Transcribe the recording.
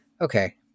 okay